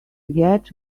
get